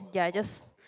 ya I just